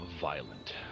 violent